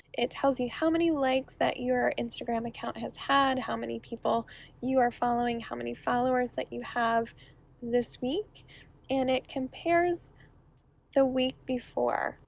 it tells you how many likes that your instagram account has had, how many people you are following, how many followers that you have this week and it compares the week before.